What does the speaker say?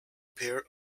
pair